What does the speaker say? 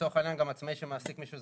לצורך העניין גם עצמאי שמעסיק מישהו,